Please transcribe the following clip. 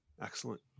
Excellent